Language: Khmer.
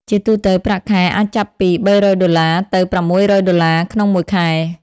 ជាទូទៅ ប្រាក់ខែអាចចាប់ពី $300 ទៅ $600 (USD) ក្នុងមួយខែ។